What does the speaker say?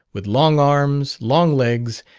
with long arms, long legs,